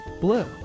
Blue